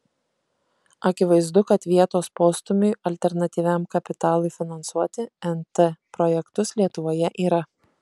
akivaizdu kad vietos postūmiui alternatyviam kapitalui finansuoti nt projektus lietuvoje yra